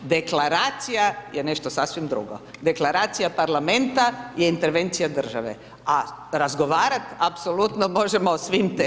Deklaracija je nešto sasvim drugo, Deklaracija parlamenta je intervencija države, a razgovarat apsolutno možemo o svim temama.